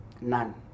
none